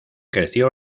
creció